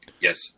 Yes